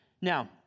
now